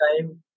time